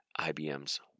IBM's